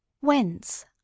Whence